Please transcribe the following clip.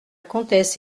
comtesse